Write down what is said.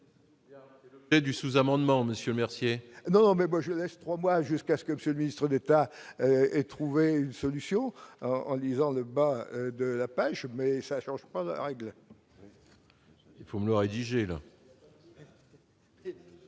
Et du sous-amendements Monsieur Mercier. Non, mais moi je laisse 3 mois jusqu'à ce que Monsieur le Ministre d'État et trouver une solution en lisant le bas de la page, mais ça change pas la règle. Il faut mieux rédigé le.